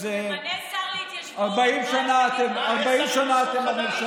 איזה 40 שנה אתם בממשלה.